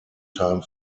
time